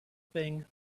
thing